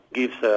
gives